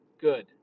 good